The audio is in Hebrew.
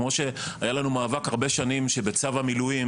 כמו שהיה לנו מאבק הרבה שנים שבצו המילואים